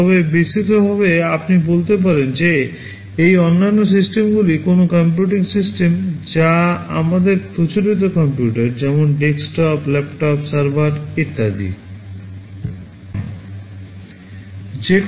তবে বিস্তৃতভাবে আপনি বলতে পারেন যে এই অন্যান্য সিস্টেমগুলি কোনও কম্পিউটিং সিস্টেম যা আমাদের প্রচলিত কম্পিউটার যেমন ডেস্কটপ ল্যাপটপ সার্ভার ইত্যাদি নয়